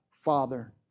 Father